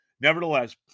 Nevertheless